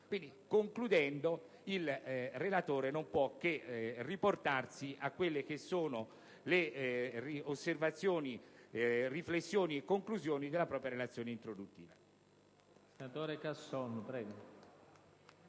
Concludendo, il relatore non può che riportarsi alle osservazioni, riflessioni e conclusioni della propria relazione introduttiva.